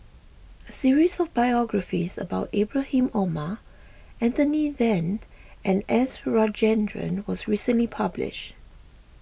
a series of biographies about Ibrahim Omar Anthony then and S Rajendran was recently published